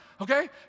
okay